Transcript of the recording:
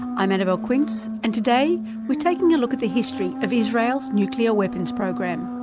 i'm annabelle quince, and today we're taking a look at the history of israel's nuclear weapons program.